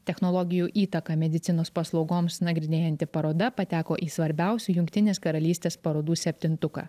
technologijų įtaką medicinos paslaugoms nagrinėjanti paroda pateko į svarbiausių jungtinės karalystės parodų septintuką